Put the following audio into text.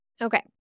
Okay